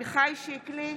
שיקלי,